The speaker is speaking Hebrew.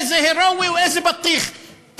איזה הירואי ואיזה בטיח?